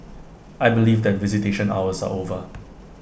I believe that visitation hours are over